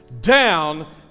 down